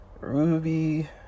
Ruby